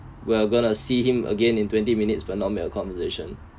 we're going to see him again in twenty minutes but not make a conversation